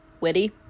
witty